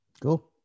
Cool